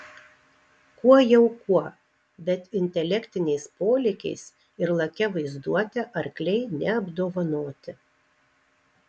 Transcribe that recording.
kuo jau kuo bet intelektiniais polėkiais ir lakia vaizduote arkliai neapdovanoti